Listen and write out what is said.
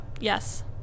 Yes